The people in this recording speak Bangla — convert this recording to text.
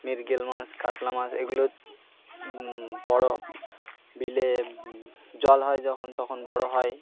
মৃগেল মাছ কাতলা মাছ এগুলো বড় বিলে জল হয় যখন তখন বড় হয়